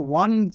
one